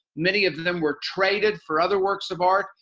many of them them were traded for other works of art,